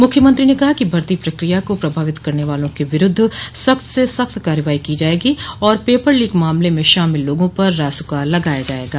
मुख्यमंत्री ने कहा कि भर्ती प्रक्रिया को प्रभावित करने वालों के विरूद्व सख्त से सख्त कार्रवाई की जायेगी और पेपर लीक में शामिल लोगों पर रासुका लगाया जायेगा